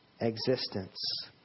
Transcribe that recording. existence